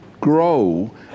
grow